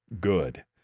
good